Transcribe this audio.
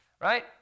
right